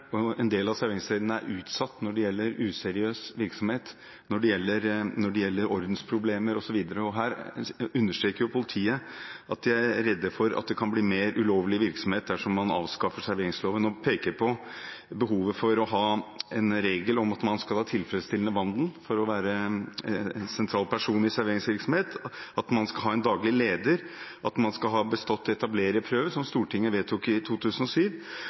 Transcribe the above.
de er redd for at det kan bli mer ulovlig virksomhet dersom man avskaffer serveringsloven. De peker på behovet for å ha en regel om at man skal ha tilfredsstillende vandel for å være en sentral person i serveringsvirksomhet, at man skal ha en daglig leder, at man skal ha bestått etablererprøven, som Stortinget vedtok i 2007.